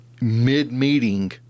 mid-meeting